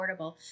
affordable